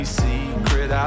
secret